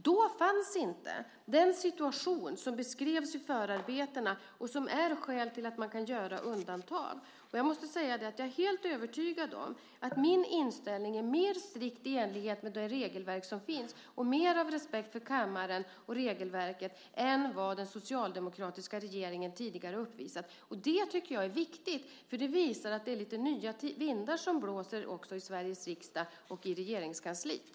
Då fanns inte den situation som beskrevs i förarbetena och som utgör skäl till att man kan göra undantag. Jag är helt övertygad om att min inställning är mer strikt i enlighet med det regelverk som finns och visar på mer respekt för kammaren och regelverket än vad den socialdemokratiska regeringen tidigare har uppvisat. Och det tycker jag är viktigt eftersom det visar att det är lite nya vindar som blåser också i Sveriges riksdag och i Regeringskansliet.